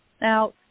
Now